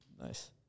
Nice